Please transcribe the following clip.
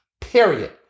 Period